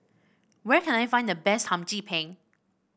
where can I find the best Hum Chim Peng